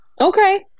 Okay